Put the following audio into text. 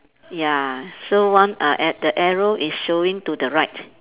ya so one uh at the arrow is showing to the right